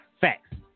Facts